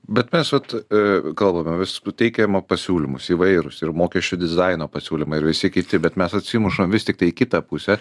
bet mes vat ė kalbame vis teikiama pasiūlymus įvairūs ir mokesčių dizaino pasiūlymai ir visi kiti bet mes atsimušam vis tiktai į kitą pusę